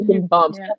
bumps